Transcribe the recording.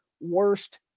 worst